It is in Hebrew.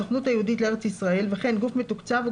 הסוכנות היהודית לארץ ישראל וכן גוף מתוקצב או